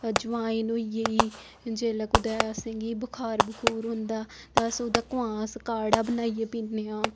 अजवाइन होई गेई जेल्लै कुतै असेंगी बखार बखूर होंदा अस ओह्दा कोआंस काढ़ा बनाइयै पीन्ने आं